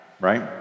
right